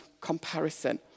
comparison